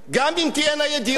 גם אם תהיינה ידיעות.